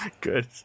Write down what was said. Good